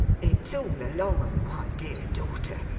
it's all along of my dear daughter.